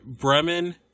Bremen